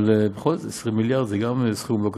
אבל בכל זאת, 20 מיליארד זה גם סכום לא קטן.